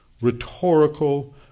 rhetorical